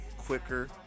quicker